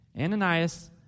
Ananias